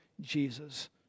Jesus